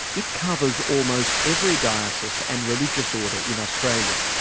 it covers almost every diocese and religious order in australia.